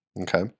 okay